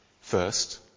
first